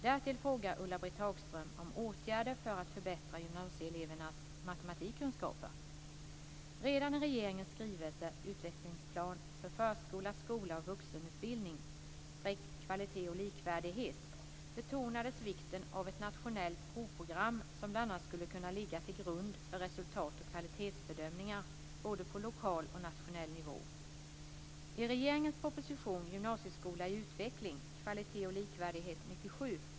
Därtill frågar Ulla-Britt Redan i regeringens skrivelse Utvecklingsplan för förskola, skola och vuxenutbildning - Kvalitet och likvärdighet betonades vikten av ett nationellt provprogram, som bl.a. skulle kunna ligga till grund för resultat och kvalitetsbedömningar både på lokal och på nationell nivå.